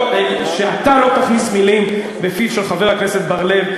אתה לא תכניס מילים בפיו של חבר הכנסת בר-לב,